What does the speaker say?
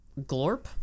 Glorp